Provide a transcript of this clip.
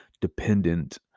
dependent